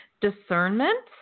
Discernment